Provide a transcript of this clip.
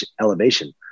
Elevation